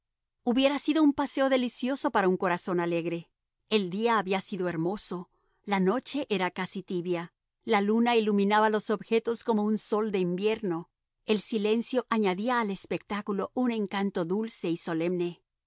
hubiera sido un paseo delicioso para un corazón alegre el día había sido hermoso la noche era casi tibia la luna iluminaba los objetos como un sol de invierno el silencio añadía al espectáculo un encanto dulce y solemne